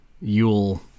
Yule